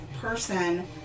person